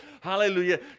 hallelujah